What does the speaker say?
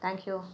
thank you